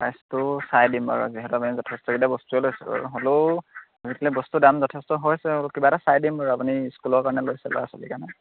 প্ৰাইচটো চাই দিম বাৰু যিহেতু আপুনি যথেষ্টকেইটা বস্তুৱে লৈছে বাৰু হ'লেও আজিকালি বস্তু দাম যথেষ্ট হৈছে কিবা এটা চাই দিম বাৰু আপুনি স্কুলৰ কাৰণে লৈছে ল'ৰা ছোৱালীৰ কাৰণে